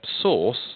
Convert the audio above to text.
source